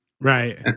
Right